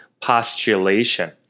postulation